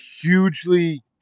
hugely